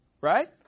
right